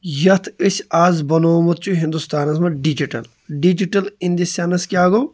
یَتھ أسۍ آز بَنوومُت چھُ ہِندُستانَس منٛز digital digital in the sense کیاہ گوٚو